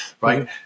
right